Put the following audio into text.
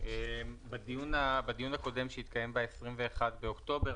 בדיון הקודם שהתקיים ב-21 באוקטובר,